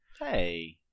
Hey